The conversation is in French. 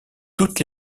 toutes